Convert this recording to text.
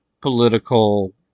political